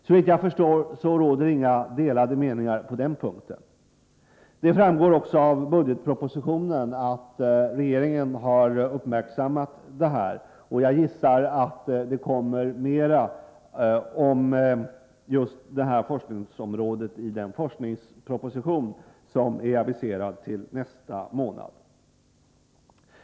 Såvitt jag förstår råder det inga delade meningar på den punkten. Det framgår av budgetpropositionen att regeringen har uppmärksammat detta, och jag gissar att det kommer mera om just det forskningsområdet i den forskningsproposition som är aviserad till nästa månad.